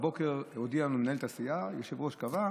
והבוקר הודיעה לנו מנהלת הסיעה שהיושב-ראש קבע: